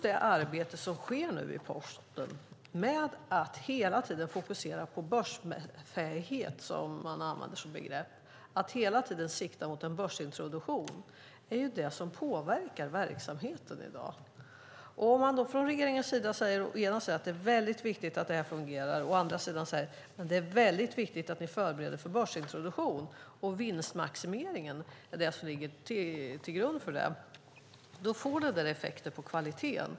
Det arbete som sker nu i Posten med att hela tiden fokusera på börsfähighet, som man använder som begrepp, och sikta mot en börsintroduktion är det som påverkar verksamheten i dag. Om man då från regeringens sida säger å ena sidan att det är väldigt viktigt att detta fungerar men å andra sidan säger att det är väldigt viktigt att Posten förbereder sig för börsintroduktion - och vinstmaximeringen ligger till grund för det - får det effekter på kvaliteten.